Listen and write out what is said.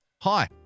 Hi